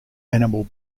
animal